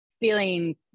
feeling